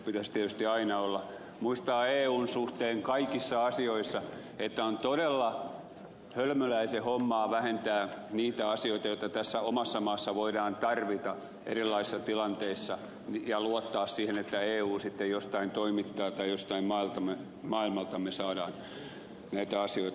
pitäisi tietysti aina muistaa eun suhteen kaikissa asioissa että on todella hölmöläisen hommaa vähentää niitä asioita joita tässä omassa maassa voidaan tarvita erilaisissa tilanteissa ja luottaa siihen että eu sitten jostain toimittaa tai jostain maailmalta me saamme näitä asioita